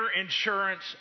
insurance